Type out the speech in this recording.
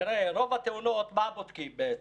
רוב התאונות, מה בודקים בעצם?